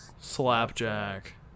Slapjack